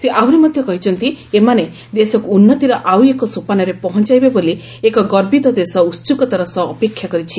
ସେ ଆହୁରି ମଧ୍ୟ କହିଛନ୍ତି ଏମାନେ ଦେଶକୁ ଉନ୍ନତିର ଆଉ ଏକ ସୋପାନରେ ପହଞ୍ଚାଇବେ ବୋଲି ଏକ ଗର୍ବିତ ଦେଶ ଉତ୍ସ୍କତାର ସହ ଅପେକ୍ଷା କରିଛି